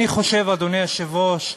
אני חושב, אדוני היושב-ראש,